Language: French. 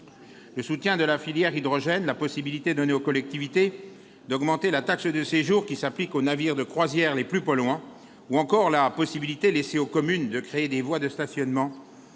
Le soutien à la filière hydrogène, la possibilité donnée aux collectivités d'augmenter la taxe de séjour qui s'applique aux navires de croisière les plus polluants, ou encore la faculté accordée aux communes de créer des voies et des stationnements